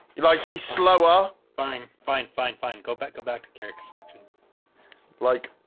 like he's slower fine fine fine fine go back go back to gary construction like